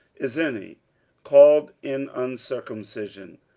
is any called in uncircumcision?